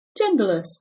Genderless